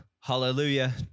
hallelujah